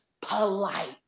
polite